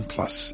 Plus